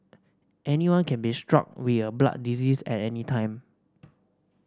anyone can be struck with a blood disease at any time